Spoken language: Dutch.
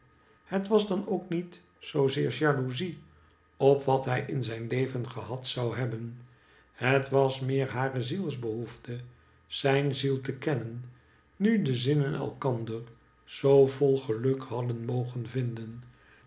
het was dan ook niet zoo zeer jalouzie op wat hij in zijn leven gehad zou hebben het was meer hare zielsbehoefte zijn ziel te kennen nu de zinnen elkander zoo vol geluk hadden mogen vinden